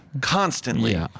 constantly